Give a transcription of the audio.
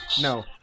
No